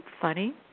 funny